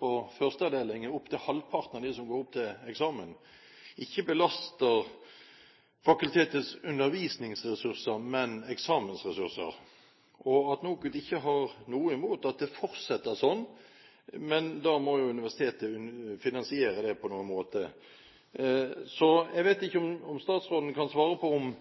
på første avdeling, som er opptil halvparten av dem som går opp til eksamen, ikke belaster fakultetets undervisningsressurser, men eksamensressurser, og at NOKUT ikke har noe imot at det fortsetter sånn. Men da må jo universitetet finansiere det på en eller annen måte. Jeg vet ikke om statsråden kan svare på om